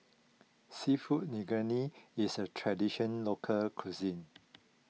Seafood Linguine is a Traditional Local Cuisine